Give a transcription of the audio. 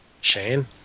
Shane